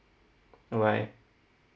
bye bye